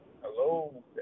Hello